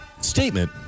statement